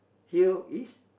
tale is